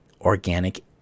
organic